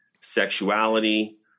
sexuality